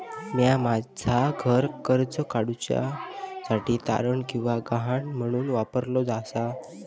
म्या माझा घर कर्ज काडुच्या साठी तारण किंवा गहाण म्हणून वापरलो आसा